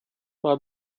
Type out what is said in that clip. war